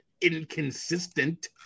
inconsistent